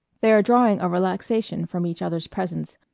they are drawing a relaxation from each other's presence,